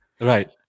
Right